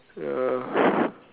ya